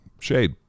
shade